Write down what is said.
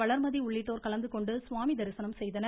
வளர்மதி உள்ளிட்டோர் கலந்துகொண்டு சுவாமி தரிசனம் செய்தனர்